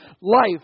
life